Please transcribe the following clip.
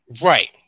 Right